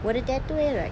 ஒரு:oru tattoo வே:ve like